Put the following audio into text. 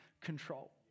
control